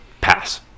pass